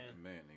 amen